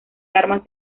armas